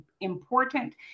important